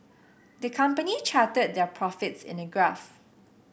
the company charted their profits in a graph